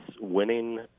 winning